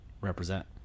represent